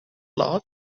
lot